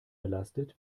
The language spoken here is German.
belastet